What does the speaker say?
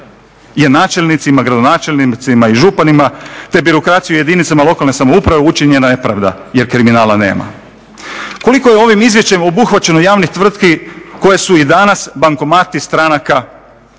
je načelnicima, gradonačelnicima i županima, te birokraciji jedinicama lokalne samouprave učinjena nepravda jer kriminala nema. Koliko je ovim izvješćem obuhvaćeno javnih tvrtki koje su i danas bankomati stranaka